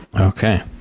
Okay